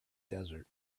desert